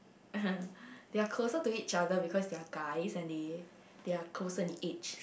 they're closer to each other because they are guys and they they're closer in age